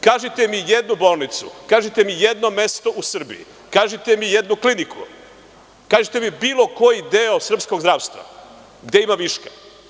Kažite mi jednu bolnicu, kažite i jedno mesto u Srbiji, kažite mi jednu kliniku, kažite mi bilo koji deo srpskog zdravstva gde ima viška.